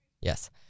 Yes